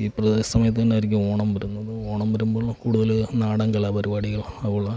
ഈ പറഞ്ഞ സമയത്ത് തന്നായിരിക്കും ഓണം വരുന്നത് ഓണം വരുമ്പോള് കൂടുതല് നാടന് കലാപരിപാടികള് അതു പോലുള്ള